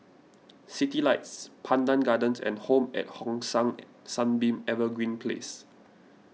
Citylights Pandan Gardens and Home at Hong San Sunbeam Evergreen Place